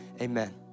amen